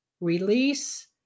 release